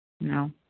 No